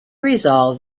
resolved